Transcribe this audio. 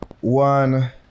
one